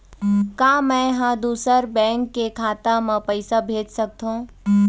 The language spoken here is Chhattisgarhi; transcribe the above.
का मैं ह दूसर बैंक के खाता म पैसा भेज सकथों?